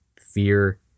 fear